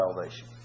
salvation